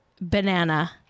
Banana